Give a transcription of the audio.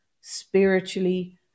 spiritually